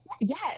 Yes